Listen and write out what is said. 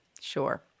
Sure